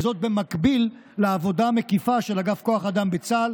וזאת במקביל לעבודה המקיפה של אגף כוח אדם בצה"ל